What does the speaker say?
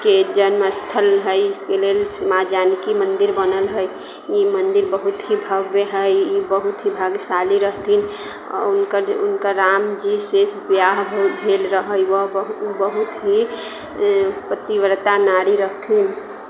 के जन्मस्थल हइ इसी लेल माँ जानकी मन्दिर बनल हइ ई मन्दिर बहुत ही भव्य हइ ई बहुत ही भाग्यशाली रहथिन हुनकर हुनकर रामजीसँ बिआह भेल रहै वह बहुत ही पतिव्रता नारी रहथिन